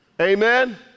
Amen